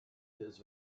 his